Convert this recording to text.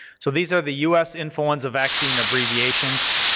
so these are the us influenza vaccine abbreviations,